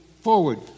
forward